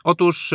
Otóż